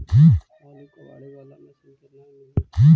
आलू कबाड़े बाला मशीन केतना में मिल जइतै?